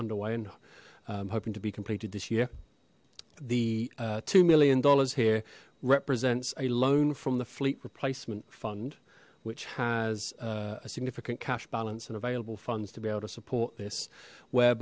underway and hoping to be completed this year the two million dollars here represents a loan from the fleet replacement fund which has a significant cash balance and available funds to be able to support this